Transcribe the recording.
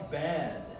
bad